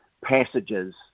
passages